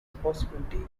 possibility